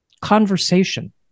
conversation